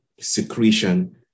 secretion